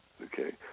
Okay